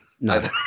No